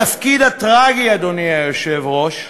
התפקיד הטרגי, אדוני היושב-ראש,